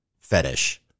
fetish